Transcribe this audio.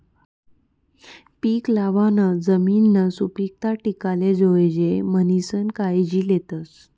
पीक लावाना जमिननी सुपीकता टिकाले जोयजे म्हणीसन कायजी लेतस